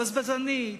בזבזנית,